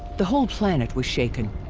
the whole planet was shaken.